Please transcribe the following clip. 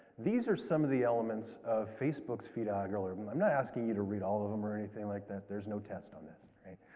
these are some of the elements of facebook's feed algorithm. i'm not asking you to read all of them or anything like that, there's no test on this, right?